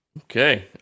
Okay